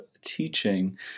teaching